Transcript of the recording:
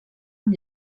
amb